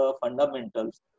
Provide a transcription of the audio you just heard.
fundamentals